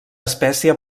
espècie